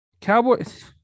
Cowboys